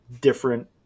different